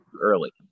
early